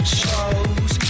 shows